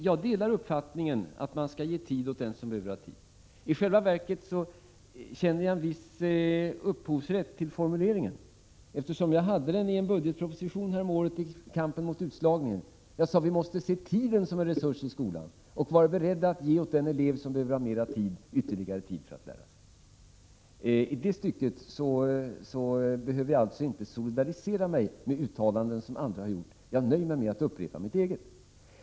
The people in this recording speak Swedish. Jag delar uppfattningen att man skall ge tid åt den som behöver ha tid, Ann-Cathrine Haglund. I själva verket känner jag en viss upphovsrätt till formuleringen, eftersom jag använde den i en budgetproposition häromåret då det gällde kampen mot utslagningen. Jag sade: Vi måste se tiden som en resurs i skolan och vara beredda att ge tid åt den elev som behöver ha ytterligare tid för att lära sig. I det stycket behöver jag alltså inte särskilt solidarisera mig med uttalanden som andra har gjort. Jag nöjer mig med att upprepa mitt eget uttalande.